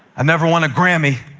ah never won a grammy,